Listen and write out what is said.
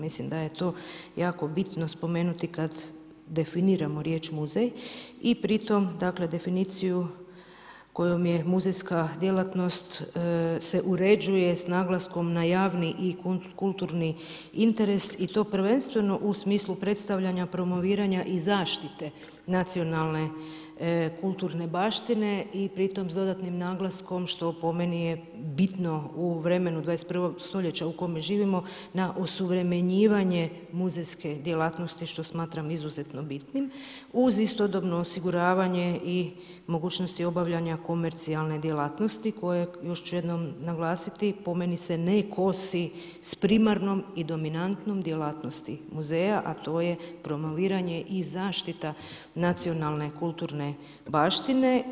Mislim da je to jako bitno spomenuti kad definiramo riječ muzej i pritom dakle definiciju kojom je muzejska djelatnost se uređuje sa naglaskom na javni i kulturni interes i to prvenstveno u smislu predstavljanja, promoviranja i zaštite nacionalne kulturne baštine i pritom s dodatnim naglaskom što po meni je bitno u vremenu 21. stoljeća u kome živimo na osuvremenjivanje muzejske djelatnosti što smatram izuzetno bitnim uz istodobno osiguravanje i mogućnosti obavljanja komercijalne djelatnosti koje još ću jednom naglasiti po meni se ne kosi sa primarnom i dominantnom djelatnosti muzeja, a to je promoviranje i zaštita nacionalne kulturne baštine.